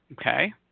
Okay